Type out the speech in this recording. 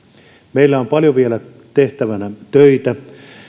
meillä on paljon vielä tehtävänä töitä